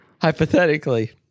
Hypothetically